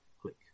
Click